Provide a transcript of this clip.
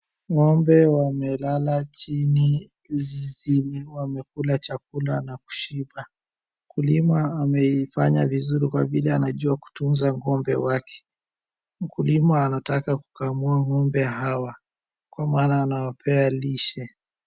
Ng'ombe wamelala chini zizini wamekula chakula na kushiba. Mkulima ameifanya vizuri kwa vile anajua kutunza ng'ombe wake mkulima anataka kukamua ng'ombe hawa kwa maana anawapea lishe.